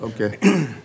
okay